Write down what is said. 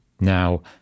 Now